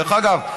דרך אגב,